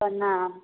प्रणाम